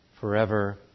forever